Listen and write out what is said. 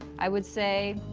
i would say